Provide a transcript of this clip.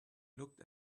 looked